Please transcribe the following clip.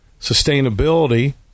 sustainability